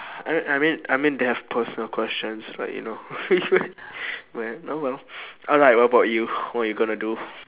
I I mean I mean they have personal questions like you know well oh well alright what about you what you gonna do